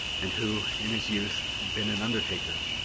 and who, in his youth, had been an undertaker,